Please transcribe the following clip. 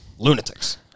lunatics